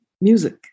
music